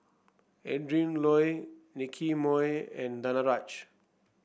Adrin Loi Nicky Moey and Danaraj